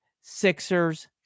Sixers